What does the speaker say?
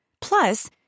Plus